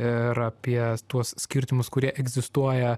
ir apie tuos skirtumus kurie egzistuoja